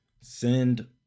send